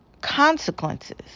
consequences